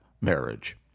marriage